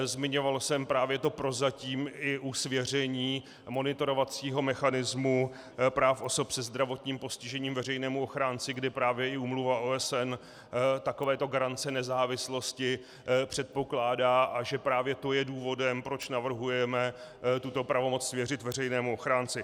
Zmiňoval jsem právě to prozatím i u svěření monitorovacího mechanismu práv osob se zdravotním postižením veřejnému ochránci, kde právě i úmluva OSN takovéto garance nezávislosti předpokládá, a že právě to je důvodem, proč navrhujeme tuto pravomoc svěřit veřejnému ochránci.